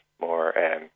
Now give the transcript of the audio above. more